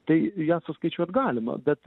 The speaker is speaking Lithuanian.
tai jas suskaičiuot galima bet